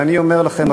ואני אומר לכם,